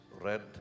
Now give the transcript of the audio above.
red